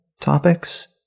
topics